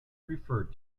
referred